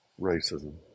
racism